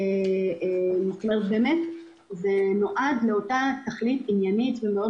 כך שזה באמת נועד לאותה תכלית עניינית ומאוד